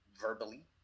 verbally